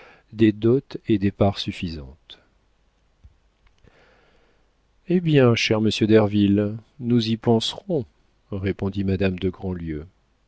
des dots et des parts suffisantes eh bien cher monsieur derville nous y penserons répondit madame de